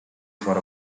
for